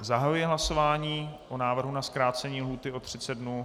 Zahajuji hlasování o návrhu na zkrácení lhůty o 30 dnů.